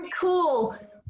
cool